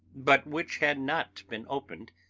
but which had not been opened,